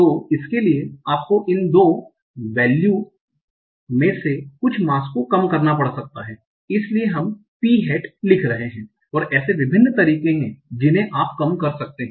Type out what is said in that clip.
तो इसके लिए आपको इन दो मूल्यों में से कुछ मास को कम करना पड़ सकता है इसीलिए हम P hat लिख रहे हैं और ऐसे विभिन्न तरीके हैं जिन्हें आप कम कर सकते हैं